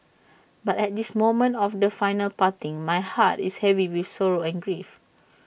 but at this moment of the final parting my heart is heavy with sorrow and grief